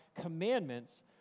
commandments